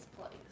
place